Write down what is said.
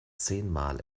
zehnmal